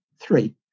three